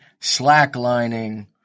slacklining